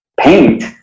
paint